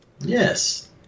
Yes